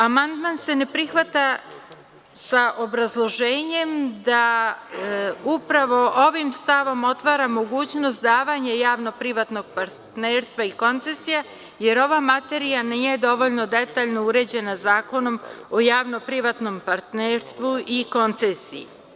Amandman se ne prihvata sa obrazloženjem da upravo ovim stavom se otvara mogućnost davanje javno privatnog partnerstva i koncesija, jer ova materija nije dovoljno detaljno uređena Zakonom o javno privatnom partnerstvu i koncesiji.